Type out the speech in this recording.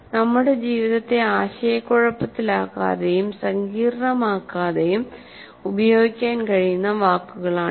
നമ്മുടെ ജീവിതത്തെ ആശയക്കുഴപ്പത്തിലാക്കാതെയും സങ്കീർണ്ണമാക്കാതെയും ഉപയോഗിക്കാൻ കഴിയുന്ന വാക്കുകളാണിവ